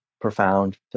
profound